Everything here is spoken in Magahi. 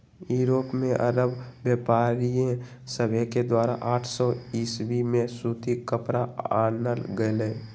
यूरोप में अरब व्यापारिय सभके द्वारा आठ सौ ईसवी में सूती कपरा आनल गेलइ